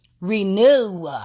Renew